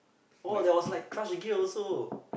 oh there was like Crush Gear also